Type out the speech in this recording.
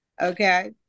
Okay